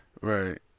Right